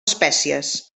espècies